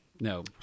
No